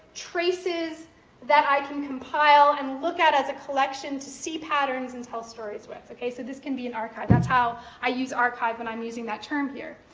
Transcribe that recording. traces that i can compile and look at as a collection to see patterns and tell stories with, okay, so this can be an archive. that's how i use archive when i'm using that term here.